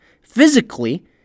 physically